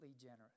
generous